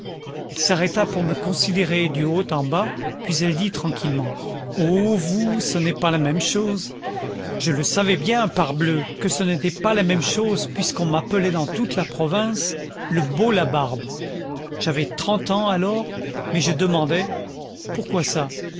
elle s'arrêta pour me considérer du haut en bas puis elle dit tranquillement oh vous ce n'est pas la même chose je le savais bien parbleu que ce n'était pas la même chose puisqu'on m'appelait dans toute la province le beau labarbe j'avais trente ans alors mais je demandai pourquoi ça